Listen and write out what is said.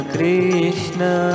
Krishna